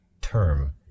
term